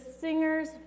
singers